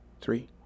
Three